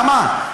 למה?